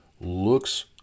looks